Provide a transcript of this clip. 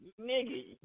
Nigga